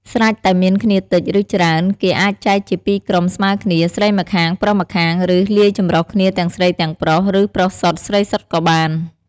ស្រេចតែមានគ្នាតិច ឬ ច្រើន គេអាចចែកជាពីរក្រុមស្មើគ្នា ស្រីម្ខាង ប្រុសម្ខាង ឬ លាយចម្រុះគ្នាទាំងស្រីទាំងប្រុស ឬ ប្រុសសុទ្ធ ស្រីសុទ្ធក៏បាន។